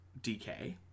DK